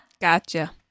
Gotcha